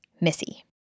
Missy